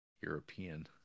European